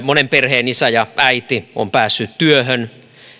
monen perheen isä tai äiti on päässyt työhön